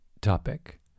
topic